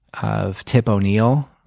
of tip o'neil,